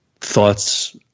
thoughts